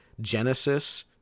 Genesis